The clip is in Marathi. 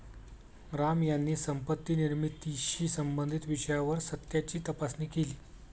राम यांनी संपत्ती निर्मितीशी संबंधित विषयावर सत्याची तपासणी केली